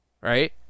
Right